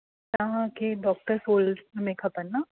तव्हांखे डॉक्टर सोल्स में खपनि न